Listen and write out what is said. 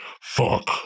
fuck